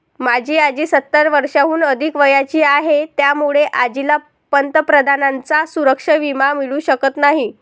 माझी आजी सत्तर वर्षांहून अधिक वयाची आहे, त्यामुळे आजीला पंतप्रधानांचा सुरक्षा विमा मिळू शकत नाही